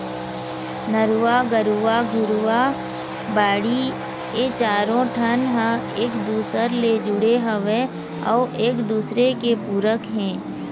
नरूवा, गरूवा, घुरूवा, बाड़ी ए चारों ठन ह एक दूसर ले जुड़े हवय अउ एक दूसरे के पूरक हे